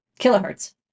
kilohertz